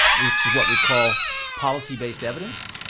that's what we call policy based evidence.